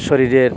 শরীরের